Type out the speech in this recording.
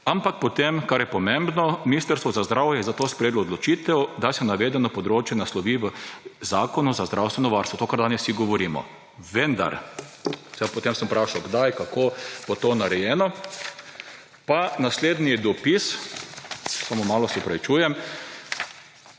Ampak potem, kar je pomembno: »Ministrstvo za zdravje je zato sprejelo odločitev, da se navedeno področje naslovi v zakonu za zdravstveno varstvo,« to, kar danes vsi govorimo. Potem sem vprašal, kdaj, kako bo to narejeno. Pa naslednji dopis. Samo malo, se opravičujem,